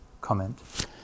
comment